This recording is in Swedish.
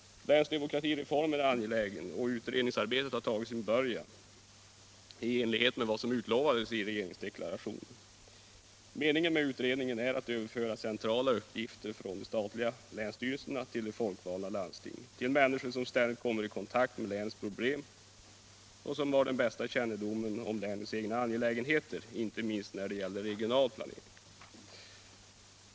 Länsdemokratireformen är angelägen, och utredningsarbetet har påbörjats i enlighet med vad som utlovades i regeringsdeklarationen. Meningen med utredningen är att överföra centrala uppgifter från de statliga länsstyrelserna till de folkvalda landstingen, till människor som ständigt kommer i kontakt med länets problem och som har den bästa kännedomen om länets egna angelägenheter, inte minst när det gäller regional planering.